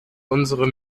unsere